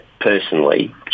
personally